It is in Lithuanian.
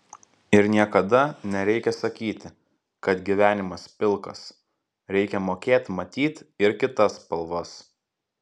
ir niekada nereikia sakyti kad gyvenimas pilkas reikia mokėt matyt ir kitas spalvas